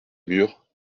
mûre